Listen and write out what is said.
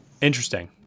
interesting